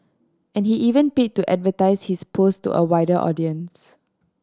and he even paid to advertise his post to a wider audience